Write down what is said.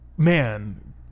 Man